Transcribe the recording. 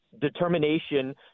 determination